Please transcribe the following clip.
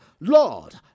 Lord